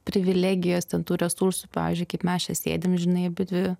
privilegijos ten tų resursų pavyzdžiui kaip mes čia sėdim žinai abidvi